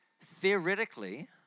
theoretically